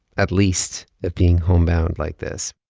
at least of being homebound like this.